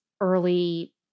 early